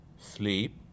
sleep